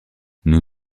nous